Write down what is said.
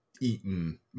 eaten